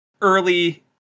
early